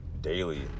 daily